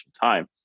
time